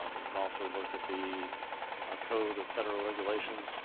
um you can also look at the code of federal regulations